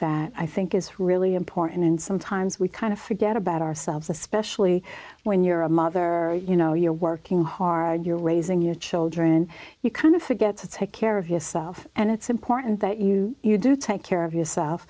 that i think is really important and sometimes we kind of forget about ourselves especially when you're a mother you know you're working hard you're raising your children you kind of forget to take care of yourself and it's important that you you do take care of yourself